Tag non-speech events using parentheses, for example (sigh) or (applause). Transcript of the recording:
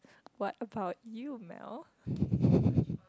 what about you Mel (breath)